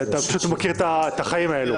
אתה פשוט לא מכיר את החיים האלה.